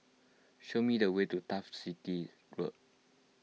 show me the way to Turf City Road